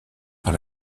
par